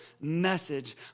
message